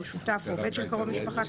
או שותף או עובד של קרוב משפחה כאמור,